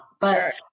But-